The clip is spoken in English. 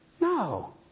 No